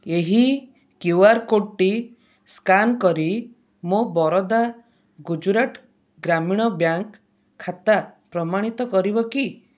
ଏହି Q R କୋଡ଼୍ଟି scan କରି ମୋ ବରୋଦା ଗୁଜୁରାଟ ଗ୍ରାମୀଣ ବ୍ୟାଙ୍କ୍ ଖାତା ପ୍ରମାଣିତ କରିବ କି